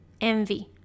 envy